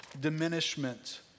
diminishment